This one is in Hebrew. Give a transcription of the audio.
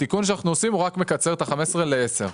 התיקון שאנחנו עושים רק מקצר את 15 השנים לעשר שנים.